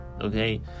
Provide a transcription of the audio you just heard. okay